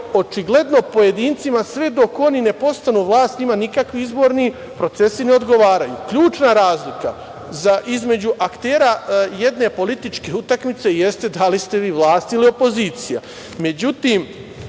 očigledno pojedincima sve dok oni ne postanu vlast njima nikakvi izborni procesi ne odgovaraju. Ključna razlika između aktera jedne političke utakmice jeste da li ste vi vlast ili opozicija. Međutim,